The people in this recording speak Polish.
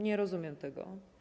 Nie rozumiem tego.